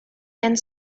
and